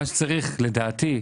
לדעתי,